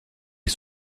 des